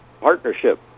Partnership